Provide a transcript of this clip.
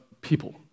people